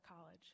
College